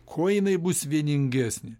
kuo jinai bus vieningesnė